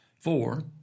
Four